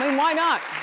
and why not?